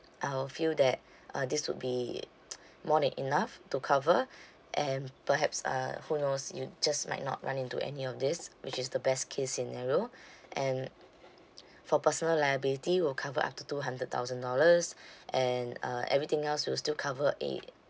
I will feel that uh this would be more than enough to cover and perhaps uh who knows you just might not run into any of these which is the best case scenario and for personal liability we'll cover up to two hundred thousand dollars and uh everything else we'll still cover a